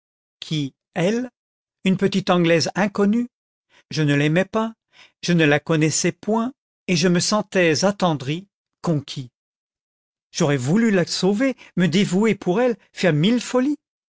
qui elle une petite anglaise inconnue je ne l'aimais pas je ne la connaissais point et je me sentais attendri conquis j'aurais voulu la sauver me dévouer pour elle faire mille folies